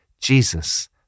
Jesus